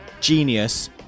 genius